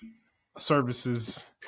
services